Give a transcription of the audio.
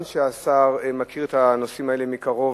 שהשר מכיר את הנושאים האלה מקרוב,